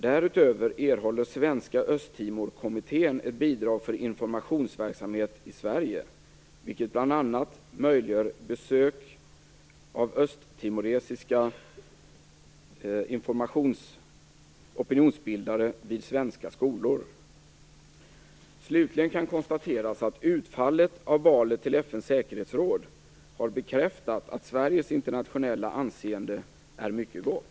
Därutöver erhåller svenska Östtimorkommittén ett bidrag för informationsverksamhet i Sverige, vilket bl.a. möjliggör besök av östtimoresiska opinionsbildare vid svenska skolor. Slutligen kan konstateras att utfallet av valet till FN:s säkerhetsråd har bekräftat att Sveriges internationella anseende är mycket gott.